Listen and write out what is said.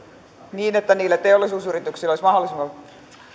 niin että teollisuusyrityksillä olisi